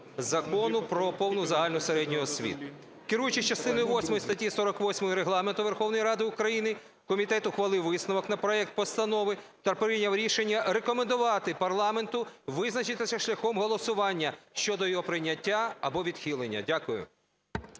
Закону "Про повну загальну середню освіту". Керуючись частиною восьмою статті 48 Регламенту Верховної Ради України комітет ухвалив висновок на проект постанови та прийняв рішення рекомендувати парламенту визначитися шляхом голосування щодо його прийняття або відхилення. Дякую.